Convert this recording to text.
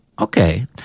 okay